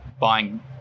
buying